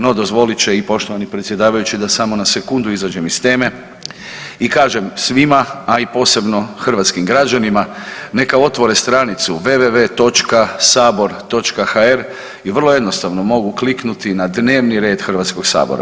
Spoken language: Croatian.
No, dozvolit će i poštovani predsjedavajući da samo na sekundu izađem iz teme i kažem svima, a i posebno hrvatskim građanima neka otvore stranicu www.sabor.hr i vrlo jednostavno mogu kliknuti na dnevni red Hrvatskog sabora.